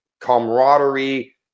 camaraderie